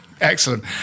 Excellent